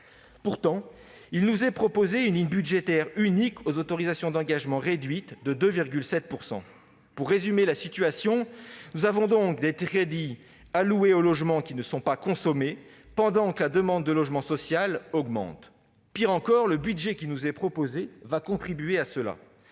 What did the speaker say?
Cependant, il nous est proposé une ligne budgétaire unique aux autorisations d'engagement réduites de 2,7 %. Pour résumer la situation, des crédits alloués au logement ne sont pas consommés pendant que la demande de logement social augmente ! Pis, le budget qui nous est proposé va contribuer à cette